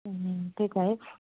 त्यही त है